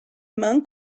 monk